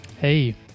Hey